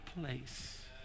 place